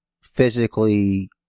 physically